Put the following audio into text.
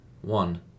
One